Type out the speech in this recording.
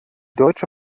deutsche